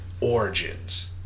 origins